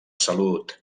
salut